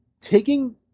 Taking